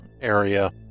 area